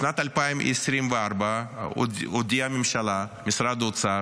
בשנת 2024 הודיעה הממשלה, משרד האוצר,